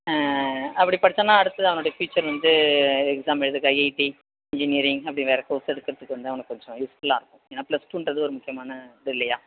அப்படி படித்தான்னா அடுத்தது அவனுடைய ஃபியூச்சர் வந்து எக்ஸாம் எழுதுறதுக்கு ஐஐடி இன்ஜினியரிங் அப்படினு வேறே கோர்ஸ் எடுக்கிறதுக்கு வந்து அவனுக்கு கொஞ்சம் யூஸ்ஃபுல்லாக இருக்கும் ஏன்னால் பிளஸ் டூன்றது ஒரு முக்கியமான இது இல்லையா